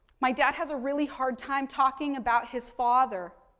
my dad has a really hard time talking about his father.